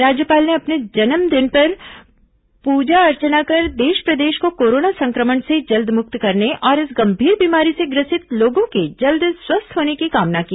राज्यपाल ने अपने जन्मदिन पर पूजा अर्चना कर देश प्रदेश को कोरोना संक्रमण से जल्द मुक्त करने और इस गंभीर बीमारी से ग्रसित लोगों के जल्द स्वस्थ होने की कामना की